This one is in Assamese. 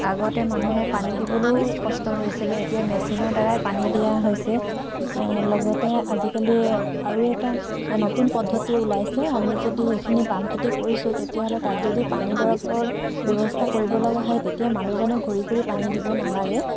আগতে মানুহে পানী দিবলৈয়ো কষ্ট হৈছিলে এতিয়া মেচিনৰ দ্বাৰাই পানী দিয়া হৈছে লগতে আজিকালি আৰু এটা নতুন পদ্ধতি উলাইছে আমি যদি সেইখিনি বাম খেতি কৰিছো তেতিয়াহ'লে তাত যদি পানী দৰৱৰ ব্যৱস্থা কৰিব লগা হয় তেতিয়া মানুহজনে ঘূৰি ঘূৰি পানী দিব নালাগে